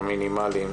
המינימליים